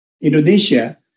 Indonesia